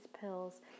pills